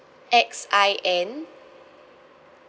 X I N